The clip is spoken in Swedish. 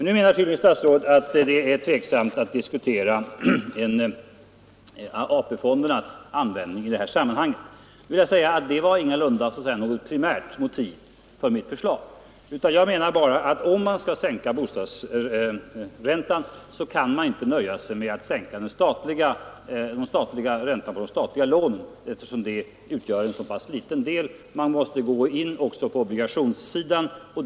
Nu menar statsrådet tydligen att det är tveksamt om vi skall diskutera AP-fondernas användning i detta sammanhang. Det var ingalunda något primärt motiv för mitt förslag. Jag menar bara att om man skall sänka bostadsräntan kan man inte nöja sig med att sänka räntan på enbart de statliga lånen, eftersom de utgör en så liten del av det hela. Man måste också gå in på bottenlånen.